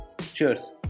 Cheers